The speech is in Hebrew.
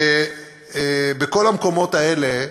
בכל המקומות האלה,